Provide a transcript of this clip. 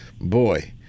boy